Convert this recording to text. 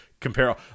compare